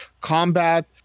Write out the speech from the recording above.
Combat